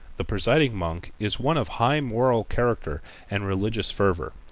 the presiding monk is one of high moral character and religious fervor.